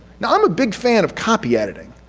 now i'm a big fan of copy editing.